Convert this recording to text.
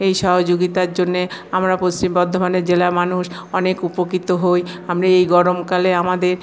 এই সহযোগিতার জন্যে আমরা পশ্চিম বর্ধমান বর্ধমানের জেলার মানুষ অনেক উপকৃত হই আমরা এই গরমকালে আমাদের